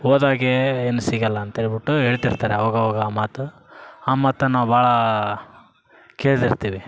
ಹೋದಾಗ ಏನು ಸಿಗೋಲ್ಲ ಅಂತೇಳ್ಬುಟ್ಟು ಹೇಳ್ತಿರ್ತಾರೆ ಅವಾಗಾವಾಗ ಆ ಮಾತು ಆ ಮಾತನ್ ನಾವು ಭಾಳ ಕೇಳ್ತಿರ್ತಿವಿ